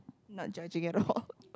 not judging at all